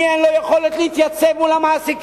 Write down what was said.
מי אין לו יכולת להתייצב מול המעסיקים,